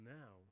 now